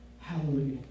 Hallelujah